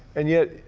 and yet,